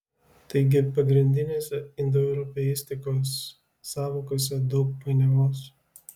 taigi pagrindinėse indoeuropeistikos sąvokose daug painiavos